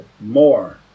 more